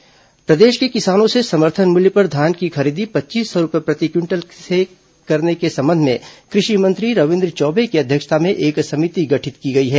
धान खरीदी समिति गठित प्रदेश के किसानों से समर्थन मूल्य पर धान की खरीदी पच्चीस सौ रूपये प्रति क्विंटल की दर से करने के संबंध में कृषि मंत्री रविन्द्र चौबे की अध्यक्षता में एक समिति गठित की गई है